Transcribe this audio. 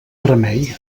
remei